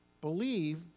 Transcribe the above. Believe